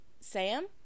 Sam